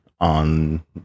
on